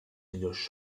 millors